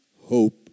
hope